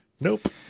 nope